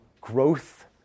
growth